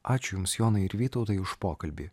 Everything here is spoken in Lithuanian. ačiū jums jonai ir vytautai už pokalbį